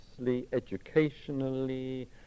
educationally